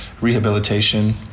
rehabilitation